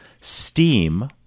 steam